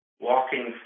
walking